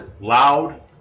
Loud